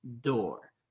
door